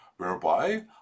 whereby